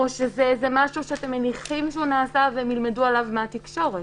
או שזה איזה משהו שאתם מניחים שהוא נעשה והם ילמדו עליו מהתקשורת?